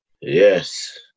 yes